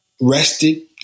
Rested